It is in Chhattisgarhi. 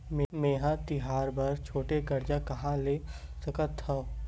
मेंहा तिहार बर छोटे कर्जा कहाँ ले सकथव?